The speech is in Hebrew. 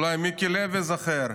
אולי מיקי לוי זוכר,